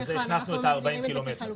בגלל זה הכנסנו 40 קילומטר.